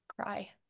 Cry